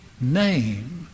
name